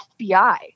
FBI